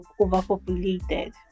overpopulated